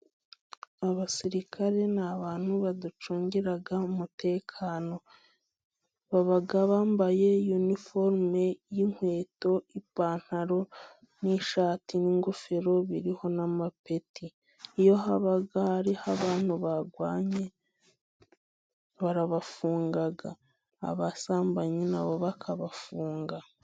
Abasirikare ni abantu badacungira umutekano, baba bambaye iniforume y'inkweto, ipantaro n'ishati n'ingofero biriho n'amapeti. Iyo hariho abantu barwanye barabafunga, abasambanyi nabo bakabafunga.